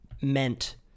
meant